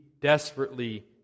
desperately